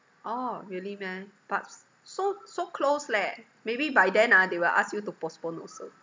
orh really meh pubs so so close leh maybe by then ah they will ask you to postpone also